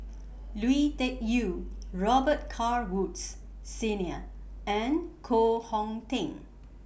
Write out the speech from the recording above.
Lui Tuck Yew Robet Carr Woods Senior and Koh Hong Teng